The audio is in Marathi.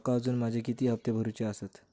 माका अजून माझे किती हप्ते भरूचे आसत?